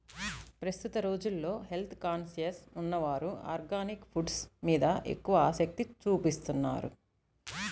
ప్రస్తుత రోజుల్లో health conscious ఉన్నవారు ఆర్గానిక్ ఫుడ్స్ మీద ఎక్కువ ఆసక్తి చూపుతున్నారు